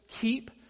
keep